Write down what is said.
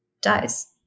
dies